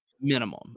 minimum